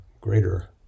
greater